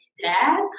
dad